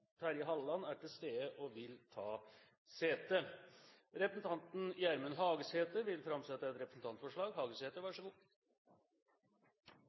Terje Halleland er til stede og vil ta sete. Representanten Gjermund Hagesæter vil framsette et representantforslag.